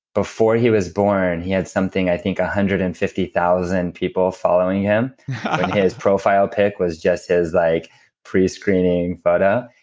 before he was born, he had something i think one ah hundred and fifty thousand people following him. and his profile pic was just his like pre-screening photo.